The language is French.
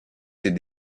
ses